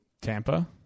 Tampa